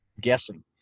guessing